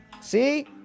See